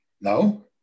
No